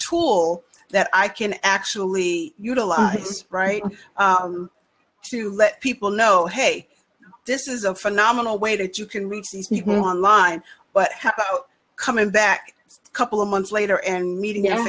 tool that i can actually utilize right to let people know hey this is a phenomenal way that you can reach these new online but coming back a couple of months later and meeting at